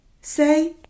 say